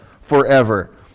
forever